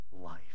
life